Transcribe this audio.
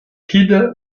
kid